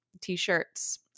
t-shirts